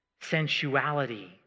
sensuality